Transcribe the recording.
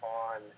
on